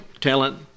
talent